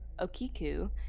okiku